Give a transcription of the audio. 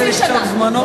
חצי שנה?